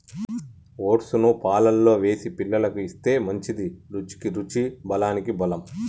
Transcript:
oats ను పాలల్లో వేసి పిల్లలకు ఇస్తే మంచిది, రుచికి రుచి బలానికి బలం